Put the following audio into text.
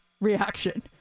reaction